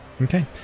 Okay